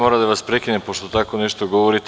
Moram da vas prekinem pošto tako govorite.